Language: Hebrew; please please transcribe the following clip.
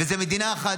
וזו מדינה אחת,